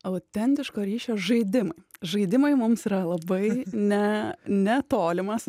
autentiško ryšio žaidimai žaidimai mums yra labai ne ne tolimas